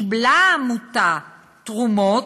קיבלה העמותה תרומות,